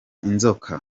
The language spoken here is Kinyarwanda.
inzoka